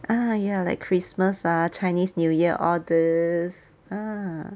ah ya like christmas ah chinese new year all these ah